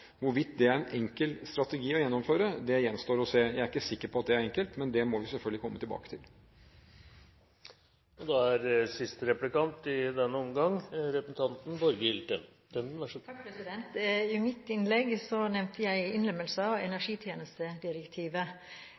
Hvorvidt det er en enkel strategi å gjennomføre, gjenstår å se. Jeg er ikke sikker på at det er enkelt, men det må vi selvfølgelig komme tilbake til. I mitt innlegg nevnte jeg innlemmelse av energitjenestedirektivet